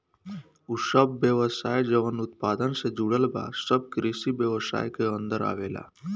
उ सब व्यवसाय जवन उत्पादन से जुड़ल बा सब कृषि व्यवसाय के अन्दर आवेलला